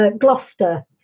Gloucester